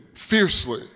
Fiercely